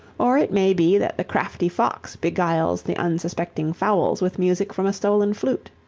or it may be that the crafty fox beguiles the unsuspecting fowls with music from a stolen flute.